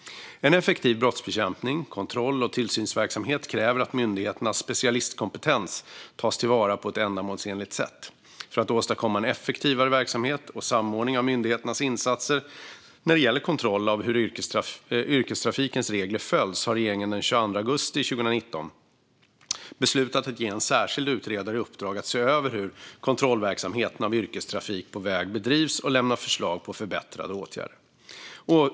En effektiv brottsbekämpning och kontroll och tillsynsverksamhet kräver att myndigheternas specialkompetens tas till vara på ett ändamålsenligt sätt. För att åstadkomma en effektivare verksamhet och samordning av myndigheternas insatser när det gäller kontroll av hur yrkestrafikens regler följs beslutade regeringen den 22 augusti 2019 att ge en särskild utredare i uppdrag att se över hur kontrollverksamheten av yrkestrafik på väg bedrivs och lämna förslag på förbättrande åtgärder.